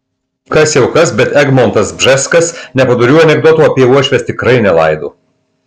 kas jau kas bet egmontas bžeskas nepadorių anekdotų apie uošves tikrai nelaido